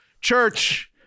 church